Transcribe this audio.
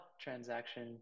transaction